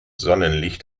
sonnenlicht